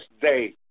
day